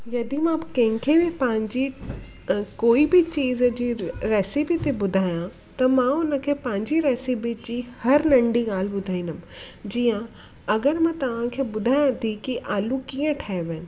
यदि मां कंहिंखे बि पंहिंजी अ कोई बि चीज़ जी रेसिपी थी ॿुधायां त मां उनखे पंहिंजी रेसिपी जी हर नंढी ॻाल्हि ॿुधाइंदमि जीअं अगरि मां तव्हांखे ॿुधायां थी की आलू कीअं ठाइबा आहिनि